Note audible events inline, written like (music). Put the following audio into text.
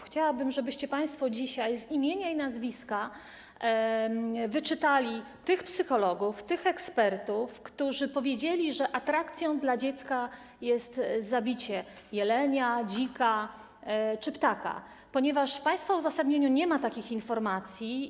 Chciałabym, żebyście państwo dzisiaj z imienia i nazwiska wyczytali tych psychologów, tych ekspertów, którzy powiedzieli, że atrakcją dla dziecka jest zabicie jelenia, (applause) dzika czy ptaka, ponieważ w państwa uzasadnieniu nie ma takich informacji.